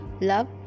Love